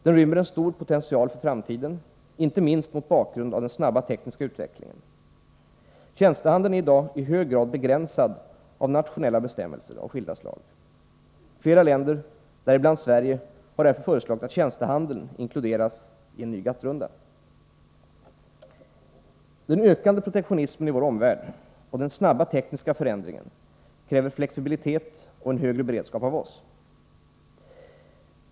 Den rymmer en stor potential för framtiden, inte minst mot bakgrund av den snabba tekniska utvecklingen. Tjänstehandeln är i dag i hög grad begränsad av nationella bestämmelser av skilda slag. Flera länder, däribland Sverige, har därför föreslagit att tjänstehandeln inkluderas i en ny GATT-runda. Den ökande protektionismen i vår omvärld och den snabba tekniska förändringen kräver flexibilitet och en högre beredskap av oss.